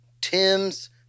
Tim's